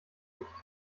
nicht